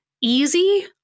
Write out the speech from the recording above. easy